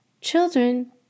Children